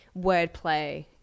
wordplay